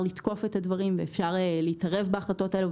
לתקוף את הדברים ואפשר להתערב בהחלטות האלו.